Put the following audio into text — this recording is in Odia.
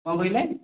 କ'ଣ କହିଲେ